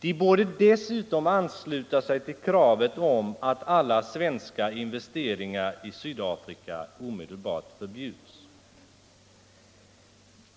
De borde dessutom ansluta sig till kravet på att alla svenska investeringar i Sydafrika omedelbart förbjuds.